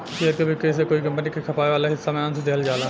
share के बिक्री से कोई कंपनी के खपाए वाला हिस्सा में अंस दिहल जाला